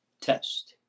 test